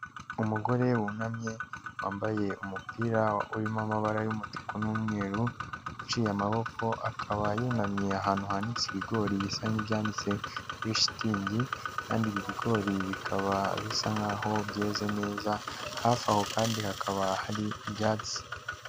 Umugore wunamye wambaye umupira urimo amabara y'umutuku n'umweru uciye amaboko, akaba yunamye ahantu hanitse ibigori bisa nkibyanitse kuri shitingi kandi ibi bigori bikaba bisa nkaho byeze neza, hafi aho kandi hakaba hari ibyatsi.